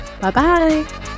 bye-bye